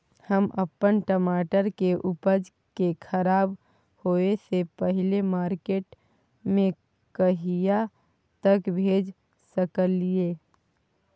हम अपन टमाटर के उपज के खराब होय से पहिले मार्केट में कहिया तक भेज सकलिए?